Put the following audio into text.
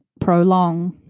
prolong